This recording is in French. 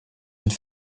une